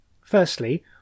Firstly